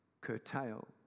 curtail